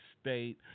state